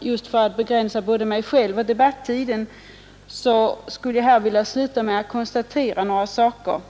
Just för att begränsa både mig själv och debatten vill jag avsluta mitt anförande med några konstateranden.